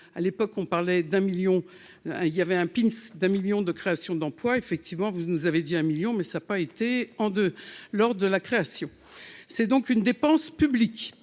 à l'époque on parlait d'un million, il y avait un pinceau d'un 1000000 de créations d'emplois, effectivement, vous nous avez dit un million, mais ça a pas été en 2 lors de la création, c'est donc une dépense publique